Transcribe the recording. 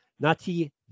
Nati